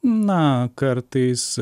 na kartais